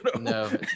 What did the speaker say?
no